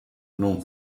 non